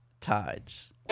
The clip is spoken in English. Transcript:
Tides